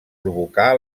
provocà